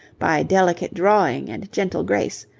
by delicate drawing and gentle grace,